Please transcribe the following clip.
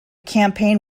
campaign